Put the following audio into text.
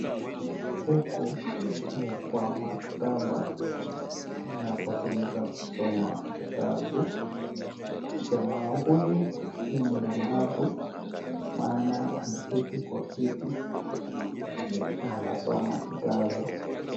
Huku ni kwa maktaba, kunapotumika kusoma vitabu. Jamaa huyu ni mlemavu maana ameketi kwa kiti na anasoma kitabu.